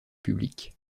public